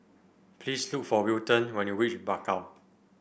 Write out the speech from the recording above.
please look for Wilton when you reach Bakau